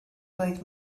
dweud